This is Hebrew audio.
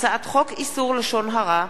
הצעת חוק המזונות (הבטחת תשלום)